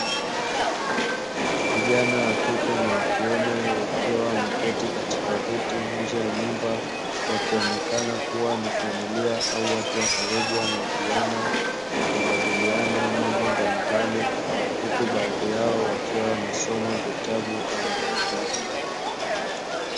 Vijana wakike na waakiume wakiwa wameketi katika viti njee ya nyumba, wakionekana kuwa ni familia au watu wakaribu, wanao juana wakijadiliana mambo mbalimbali, huku baadhi yao wakiwa wanasoma vitabu au madaftari.